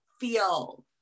feel